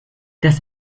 das